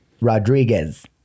Rodriguez